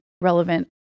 relevant